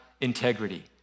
integrity